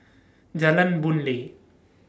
Jalan Boon Lay